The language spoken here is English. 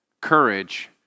courage